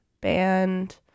band